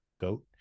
goat